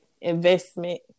investment